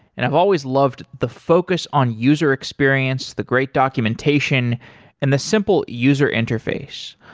and i've always loved the focus on user experience, the great documentation and the simple user interface.